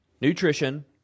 Nutrition